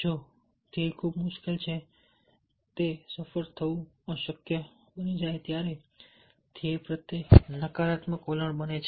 જો ધ્યેય ખૂબ મુશ્કેલ છે તે સફળ થવું અશક્ય બની જાય છે ત્યારે ધ્યેય પ્રત્યે નકારાત્મક વલણ બને છે